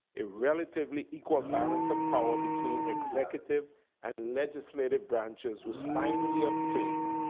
a relatively equal balance of power between executive and legislative branches was finally obtained.